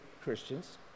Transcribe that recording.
Christians